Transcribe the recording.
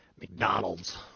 McDonald's